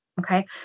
okay